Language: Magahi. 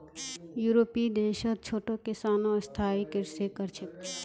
यूरोपीय देशत छोटो किसानो स्थायी कृषि कर छेक